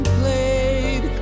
played